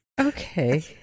Okay